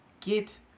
Get